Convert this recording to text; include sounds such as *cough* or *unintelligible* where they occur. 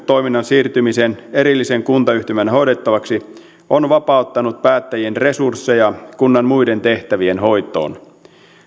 *unintelligible* toiminnan siirtyminen erillisen kuntayhtymän hoidettavaksi on vapauttanut päättäjien resursseja kunnan muiden tehtävien hoitoon